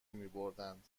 میبردند